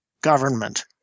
government